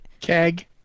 Keg